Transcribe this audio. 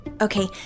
okay